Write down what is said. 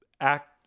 act